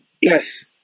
Yes